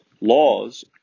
Laws